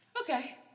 okay